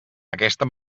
aquesta